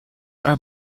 are